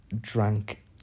drank